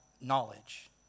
knowledge